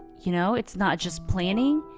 you know it's not just planning,